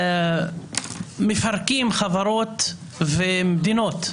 מפרקים חברות ומדינות,